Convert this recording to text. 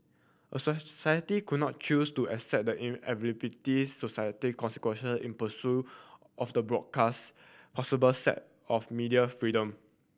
a society could not choose to accept the inevitability society consequential in pursuit of the broadcast possible set of media freedom